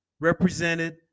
represented